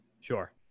Sure